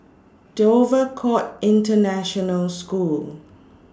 Dover Court International School